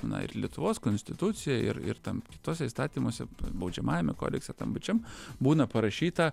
na ir lietuvos konstitucijoj ir ir kituose įstatymuose baudžiamajame kodekse tam pačiam būna parašyta